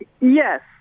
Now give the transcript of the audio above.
Yes